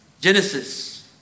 Genesis